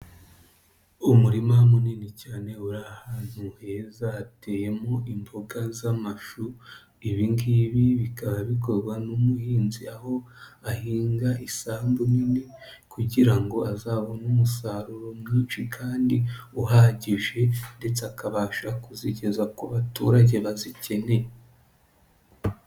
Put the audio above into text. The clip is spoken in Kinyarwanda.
Umurima munini cyane uri ahantu heza hateyemo imboga z'amashu ibi ngibi bikaba bikorwa n'umuhinzi aho ahinga isambu nini kugira ngo azabone umusaruro mwinshi kandi uhagije ndetse akabasha kuzigeza ku baturage bazikeneye.